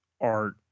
art